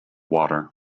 water